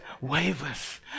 wavers